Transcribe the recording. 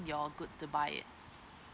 you're good to buy it